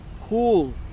cool